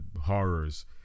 horrors